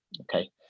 okay